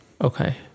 Okay